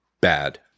bad